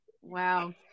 Wow